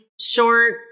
short